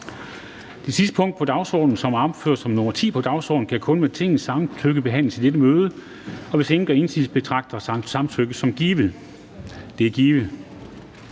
Det punkt, som er opført som nr. 10 på dagsordenen, kan kun med Tingets samtykke behandles i dette møde, og hvis ingen gør indsigelse, betragter jeg samtykket som givet. Det er givet.